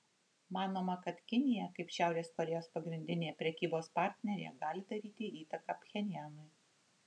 manoma kad kinija kaip šiaurės korėjos pagrindinė prekybos partnerė gali daryti įtaką pchenjanui